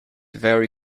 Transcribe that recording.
very